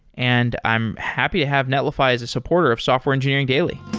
and i'm happy to have netlify as a supporter of software engineering daily